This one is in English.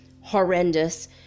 horrendous